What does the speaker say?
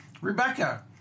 Rebecca